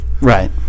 Right